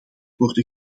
worden